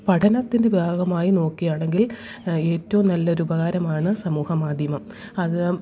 പഠനത്തിന്റെ ഭാഗമായി നോക്കുകയാണെങ്കിൽ ഏറ്റവും നല്ലൊരു ഉപകാരമാണ് സമൂഹമാധ്യമം അത്